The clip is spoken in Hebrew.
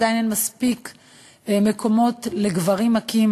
עדיין אין מספיק מקומות לגברים מכים,